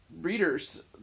readers